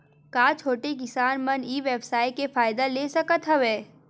का छोटे किसान मन ई व्यवसाय के फ़ायदा ले सकत हवय?